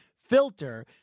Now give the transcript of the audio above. filter